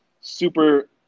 super